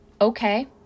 Okay